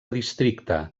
districte